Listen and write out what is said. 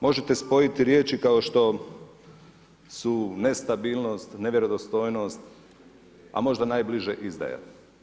Možete spojiti riječi kao što su nestabilnost, nevjerodostojnost, a možda najbliže izdaja.